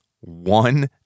one